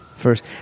First